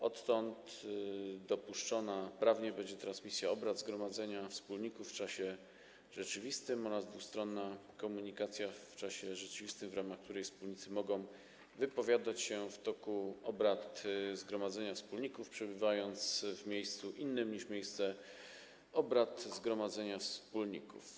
Odtąd dopuszczona prawnie będzie transmisja obrad zgromadzenia wspólników w czasie rzeczywistym oraz dwustronna komunikacja w czasie rzeczywistym, w ramach której wspólnicy mogą wypowiadać się w toku obrad zgromadzenia wspólników, przebywając w miejscu innym niż miejsce obrad zgromadzenia wspólników.